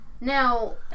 Now